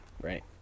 Right